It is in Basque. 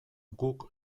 guk